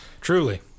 truly